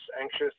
anxious